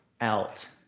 out